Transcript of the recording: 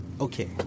Okay